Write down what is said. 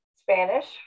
Spanish